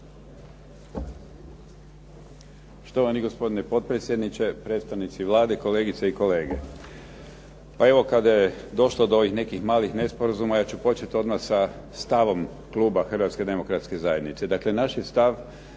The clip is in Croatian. Hrvatske demokratske zajednice.